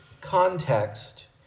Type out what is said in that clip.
context